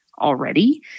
already